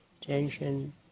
tension